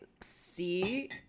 see